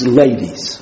ladies